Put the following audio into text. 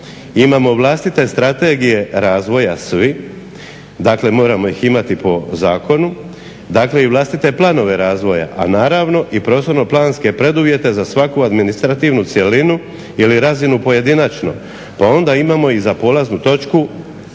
imamo vlastite strategije razvoja svi, dakle moramo ih imati po zakonu, dakle i vlastite planove razvoja, a naravno i prostorno planske preduvjete za svaku administrativnu cjelinu ili razinu pojedinačno pa onda imamo i polaznu točku za